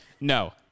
no